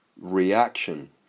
reaction